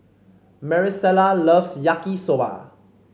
Maricela loves Yaki Soba